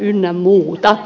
ynnä muuta